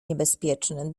niebezpieczny